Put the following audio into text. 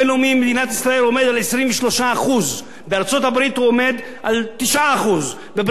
במדינת ישראל עומד על 23%. בארצות-הברית הוא עומד על 9%; בבריטניה,